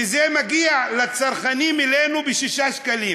וזה מגיע לצרכנים, אלינו, ב-6 שקלים.